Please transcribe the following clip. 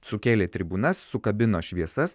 sukėlė tribūnas sukabino šviesas